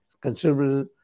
considerable